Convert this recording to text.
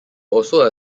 also